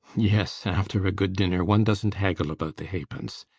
yes, after a good dinner one doesn't haggle about the halfpence.